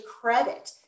credit